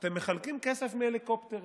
אתם מחלקים כסף מהליקופטרים,